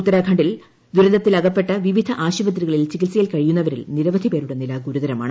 ഉത്തരാ ഖണ്ഡിൽ ദുരന്തത്തിലകപ്പെട്ട് വിവിധ ആശുപത്രികളിൽ ചികിത്സ യിൽ കഴിയുന്നവരിൽ നിരവധി പേരുടെ നില ഗുരുതരമാണ്